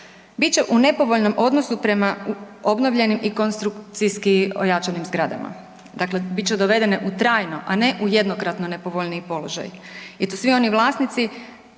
bit će u nepovoljnom odnosu prema obnovljenim i konstrukcijski ojačanim zgradama, dakle bit će dovedene u trajno, a ne u jednokratno nepovoljniji položaj i to svi oni vlasnici